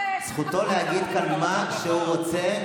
זכותו להגיד כאן מה שהוא רוצה.